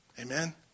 Amen